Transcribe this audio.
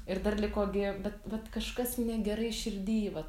ir dar liko gi bet vat kažkas negerai širdy vat